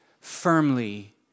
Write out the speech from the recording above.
firmly